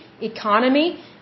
economy